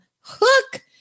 hook